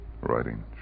writing